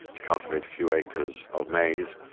to cultivate a few acres of maize,